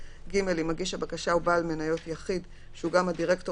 (ג) אם מגיש הבקשה הוא בעל מניות יחיד שהוא גם הדירקטור